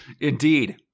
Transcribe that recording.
indeed